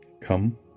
come